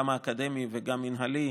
גם האקדמי וגם המינהלי,